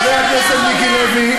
חבר הכנסת מיקי לוי,